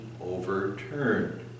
overturned